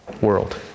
world